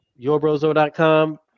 Yourbrozo.com